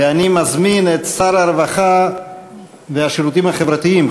אני מזמין את שר הרווחה והשירותים החברתיים,